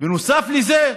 בנוסף לזה,